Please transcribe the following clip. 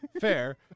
Fair